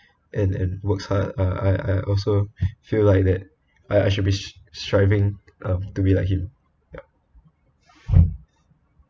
and and works hard uh I I also feel like that I I shall be striving uh to be like him ya